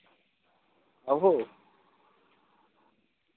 आहो